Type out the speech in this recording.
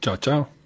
Ciao